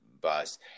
bus